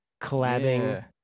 collabing